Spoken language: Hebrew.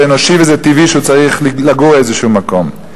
זה אנושי וזה טבעי שהוא צריך לגור באיזה מקום.